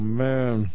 man